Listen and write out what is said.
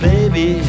Baby